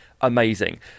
amazing